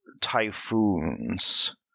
typhoons